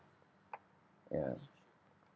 ya